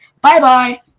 Bye-bye